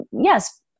yes